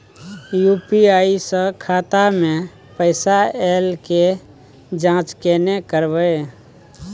UPI स खाता मे पैसा ऐल के जाँच केने करबै?